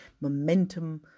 Momentum